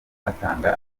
batanga